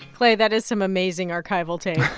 clay, that is some amazing archival tape.